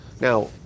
Now